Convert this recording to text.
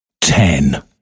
ten